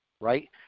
right